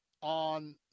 on